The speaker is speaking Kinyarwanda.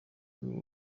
umwe